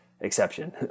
exception